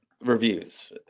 reviews